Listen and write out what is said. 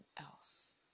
else